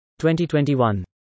2021